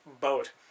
boat